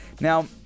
Now